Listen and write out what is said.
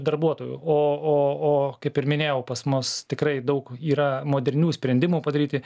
darbuotojų o o o kaip ir minėjau pas mus tikrai daug yra modernių sprendimų padaryti